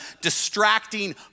distracting